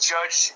Judge